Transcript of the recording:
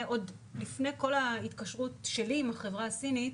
לפני כל ההתקשרות שלי עם החברה הסינית.